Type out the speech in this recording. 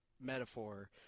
metaphor